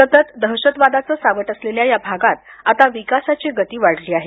सतत दहशतवादाचं सावट असलेल्या या भागात आता विकासाची गती वाढली आहे